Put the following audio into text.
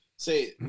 Say